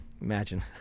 imagine